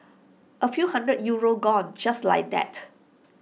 A few hundred euros gone just like that